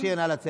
על מה את מדברת?